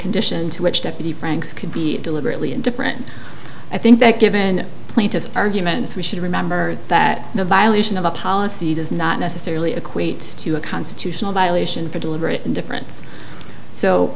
condition to which deputy franks could be deliberately indifferent i think that given plaintiff's arguments we should remember that the violation of a policy does not necessarily equate to a constitutional violation for deliberate indifference so